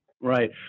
Right